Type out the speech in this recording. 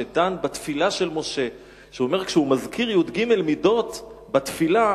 שדן בתפילת משה ואומר: כשהוא מזכיר י"ג מידות בתפילה,